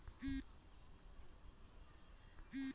शांतिर अस्पताल खर्च स्वास्थ बीमा स पूर्ण हइ गेल छ